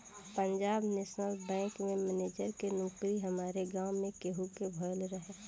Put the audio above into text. Punjab national bank में manager के नोकरी हमारी गांव में केहू के भयल रहे